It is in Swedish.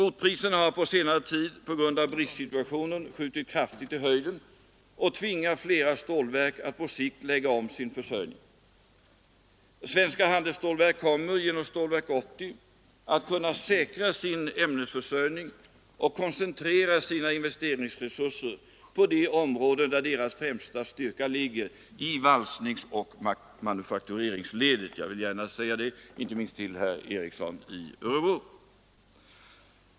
På senare tid har skrotpriserna på grund av bristsituationen skjutit kraftigt i höjden och tvingat flera stålverk att på sikt lägga om sin försörjning. Genom Stålverk 80 kommer nu svenska handelsstålverk att kunna säkra sin ämnesförsörjning och koncentrera sina investeringsresurser på de områden där deras främsta styrka ligger, nämligen i valsningsoch manufaktureringsledet. Jag har velat säga detta inte minst till herr Ericson i Örebro.